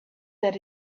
that